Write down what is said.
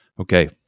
Okay